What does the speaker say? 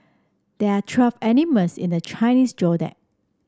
there are twelve animals in the Chinese Zodiac